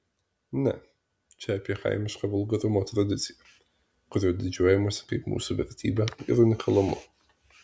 ne čia apie kaimišką vulgarumo tradiciją kuria didžiuojamasi kaip mūsų vertybe ir unikalumu